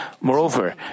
Moreover